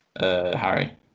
Harry